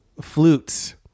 flutes